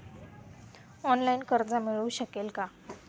Online कर्ज मिळू शकेल का?